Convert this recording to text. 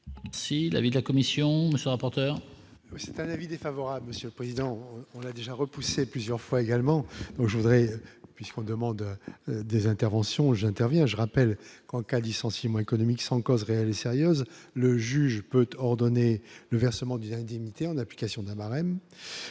Si l'avis de la commission sont porteurs. Oui c'est un avis défavorable Monsieur Président, on a déjà repoussé plusieurs fois également, je voudrais, puisqu'on demande des interventions j'interviens, je rappelle qu'en cas, licenciement économique, sans cause réelle et sérieuse, le juge peut ordonner le versement des indemnités, en application d'un barème